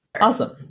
Awesome